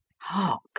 Hark